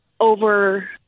over